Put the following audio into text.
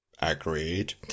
Agreed